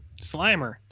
slimer